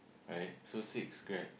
right so six Grabs